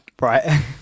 Right